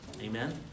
Amen